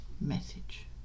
message